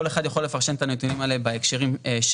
כל אחד יכול לפרשן את הנתונים האלה בהקשרים שלו.